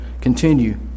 continue